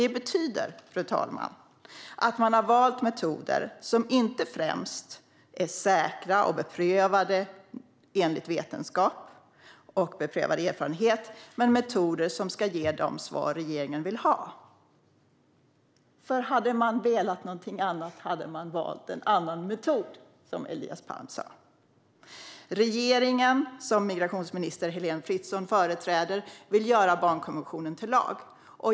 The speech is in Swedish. Det betyder att man har valt metoder som inte främst är säkra enligt vetenskap och beprövad erfarenhet utan metoder som ska ge de svar som regeringen vill ha. Hade man velat någonting annat hade man valt en annan metod, som Elias Palm sa. Regeringen, som migrationsminister Heléne Fritzon företräder, vill göra barnkonventionen till lag.